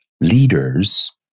leaders